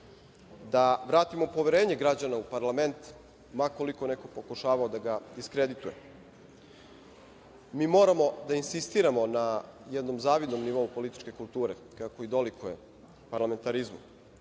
da vratimo poverenje građana u parlament ma koliko neko pokušavao da ga diskredituje. Mi moramo da insistiramo na jednom zavidnom nivou političke kulture kako i dolikuje parlamentarizmu,